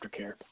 aftercare